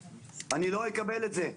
אני לא אקבל את זה.